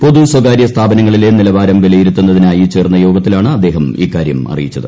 പൊതു സ്വകാര്യ സ്ഥാപനങ്ങളിലെ നിലവാരം വിലയിരുത്തുന്നതിനായി ചേർന്ന യോഗത്തിലാണ് അദ്ദേഹം ഇക്കാര്യം അറിയിച്ചത്